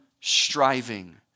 striving